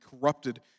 corrupted